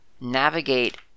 navigate